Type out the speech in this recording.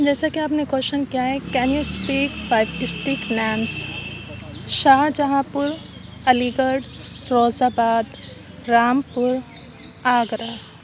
جیسا کہ آپ نے کوشن کیا ہے can you speak five district names Shahjahanpur Aligarh Firozabad Rampur Agra